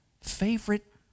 favorite